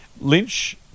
Lynch